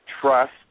trust